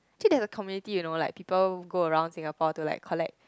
actually there is a community you know like people go around Singapore to like collect